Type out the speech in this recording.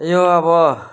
यो अब